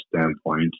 standpoint